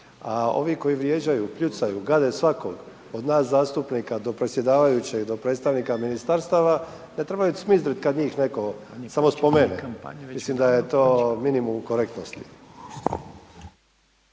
a ovi koji vrijeđaju, kljucaju, gade svakog od nas zastupnika do predsjedavajućeg i do predstavnika ministarstava, ne trebaju cmizdriti, kada njih netko samo spomene. Mislim da je to minimum korektnosti.